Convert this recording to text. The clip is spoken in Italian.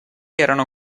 erano